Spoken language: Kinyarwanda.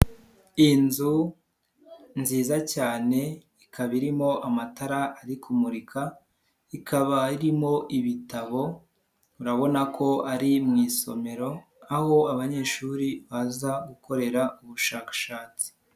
Inzu nziza cyane ikaba irimo amatara arikumurika. Ikaba irimo ibitabo urabona ko ari mu isomero aho abanyeshuri baza gukorera ubushakashatsi.